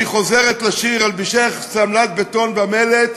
היא חוזרת לשיר "נלבישך שלמת בטון ומלט",